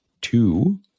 two